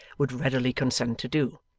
would readily consent to do.